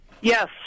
Yes